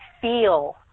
feel